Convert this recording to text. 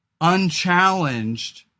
unchallenged